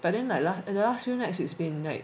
but then like last the last few nights it's been like